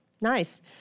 Nice